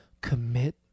Commit